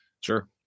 sure